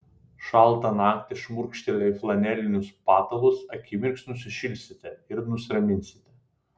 šaltą naktį šmurkštelėję į flanelinius patalus akimirksniu sušilsite ir nusiraminsite